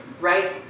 right